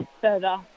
further